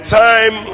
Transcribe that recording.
time